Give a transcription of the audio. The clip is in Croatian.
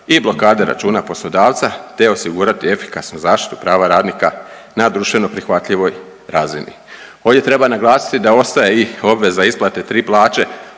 i blokade računa poslodavca, te osigurati efikasnu zaštitu prava radnika na društveno prihvatljivoj razini. Ovdje treba naglasiti da ostaje i obveza isplate 3 plaće